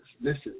Listen